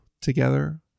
together